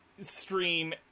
stream